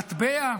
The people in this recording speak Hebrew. מטבע,